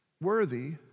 worthy